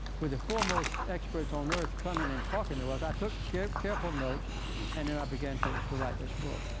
where the foremost experts on earth coming and talking to us, i took careful careful notes and then i began to to write this book.